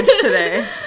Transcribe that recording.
today